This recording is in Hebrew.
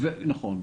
נכון,